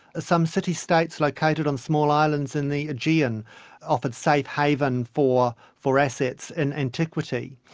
ah some city-states located on small islands in the aegean offered safe haven for for assets in antiquity.